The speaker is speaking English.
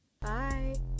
Bye